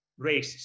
racist